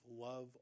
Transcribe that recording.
love